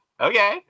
okay